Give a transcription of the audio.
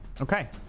Okay